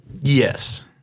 Yes